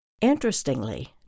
Interestingly